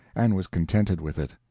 and was contented with it.